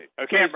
Okay